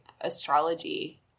astrology